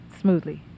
Smoothly